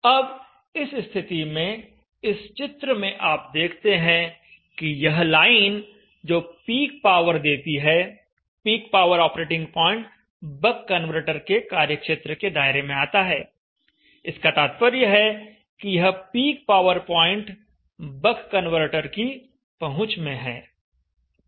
अब इस स्थिति में इस चित्र में आप देखते हैं कि यह लाइन जो पीक पावर देती है peak power operating point buck converter के कार्यक्षेत्र के दायरे में आता है इसका तात्पर्य है कि यह peak power point buck converter की पहुंच में है